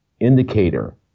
indicator